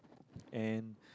and